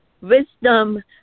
wisdom